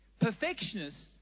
Perfectionists